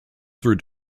through